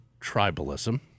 tribalism